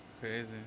Crazy